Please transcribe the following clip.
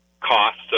costs